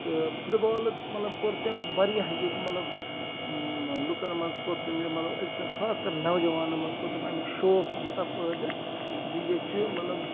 تہٕ فُٹ بالُک مَطلَب کوٚر تٔمۍ واریاہ ییٚتہِ مَطلَب لُکَن مَنٛز کوٚر تٔمۍ یہِ مَطلَب أزکٮ۪ن خاص کر نوجَوانَن مَنٛز کوٚر تٔمۍ امیُک شوق یوٗتاہ پٲدٕ زٕ ییٚتہِ چھُ مَطلَب